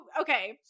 okay